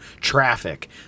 traffic